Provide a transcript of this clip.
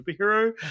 superhero